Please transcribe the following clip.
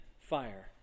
fire